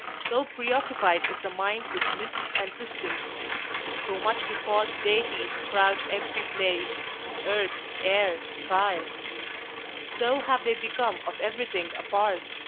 so preoccupied is the mind with myths and systems so much do false deities crowd every place earth, air, sky so have they become of everything a part,